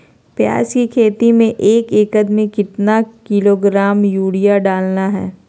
प्याज की खेती में एक एकद में कितना किलोग्राम यूरिया डालना है?